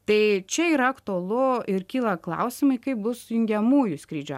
tai čia yra aktualu ir kyla klausimai kaip bus jungiamųjų skrydžio